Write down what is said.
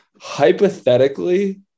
hypothetically